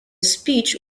speech